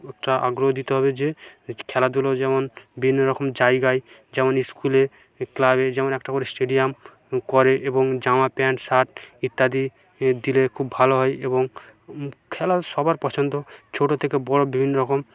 একটা আগ্রহ দিতে হবে যে খেলাধুলো যেমন বিভিন্ন রকম জায়গায় যেমন ইস্কুলে ক্লাবে যেমন একটা করে স্টেডিয়াম করে এবং জামা প্যান্ট শার্ট ইত্যাদি দিলে খুব ভালো হয় এবং খেলা সবার পছন্দ ছোট থেকে বড় বিভিন্ন রকম